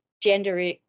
gender